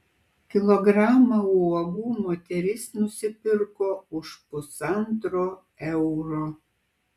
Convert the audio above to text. kilogramą uogų moteris nusipirko už pusantro euro